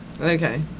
Okay